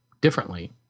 differently